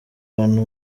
hantu